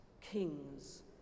kings